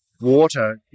water